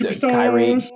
Kyrie